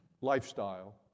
lifestyle